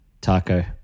Taco